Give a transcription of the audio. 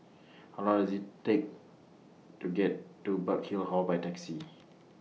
How Long IS IT Take to get to Burkill Hall By Taxi